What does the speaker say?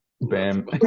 Bam